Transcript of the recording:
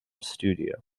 studio